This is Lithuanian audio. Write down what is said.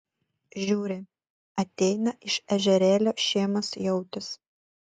žiūri ateina iš ežerėlio šėmas jautis